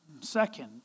Second